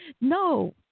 No